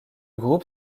groupe